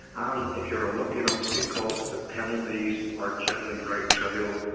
and if you're unlucky enough to be caught, the penalties are generally very trivial.